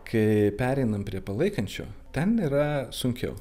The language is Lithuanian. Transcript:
kai pereinam prie palaikančio ten yra sunkiau